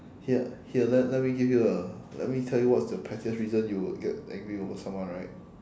here here let let me give you a let me tell you what's the pettiest reason you would get angry over someone right